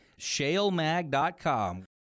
shalemag.com